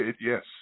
Yes